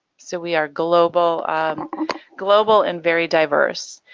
so we are global global and very diverse.